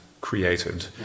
created